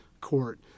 court